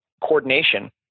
coordination